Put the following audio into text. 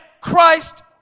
Christ